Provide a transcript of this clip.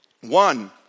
One